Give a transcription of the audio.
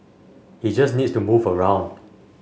he just needs to move around